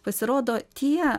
pasirodo tie